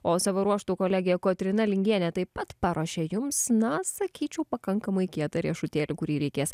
o savo ruožtu kolegė kotryna lingienė taip pat paruošė jums na sakyčiau pakankamai kietą riešutėlį kurį reikės